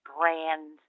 brand